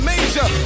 Major